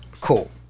Cool